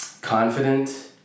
confident